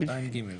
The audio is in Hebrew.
(א)(2)(ג).